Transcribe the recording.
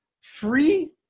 free